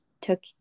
took